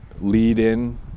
lead-in